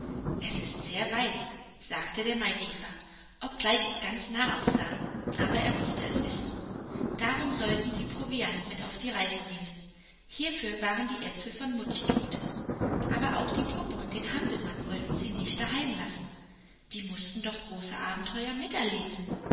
es ist sehr weit sagte der maikäfer obgleich es ganz nah aussah aber er mußte es wissen darum sollten sie proviant mit auf die reise nehmen hierfür waren die äpfel von muttchen gut aber auch die puppe und den hampelmann wollten sie nicht daheim lassen die mußten doch große abenteuer miterleben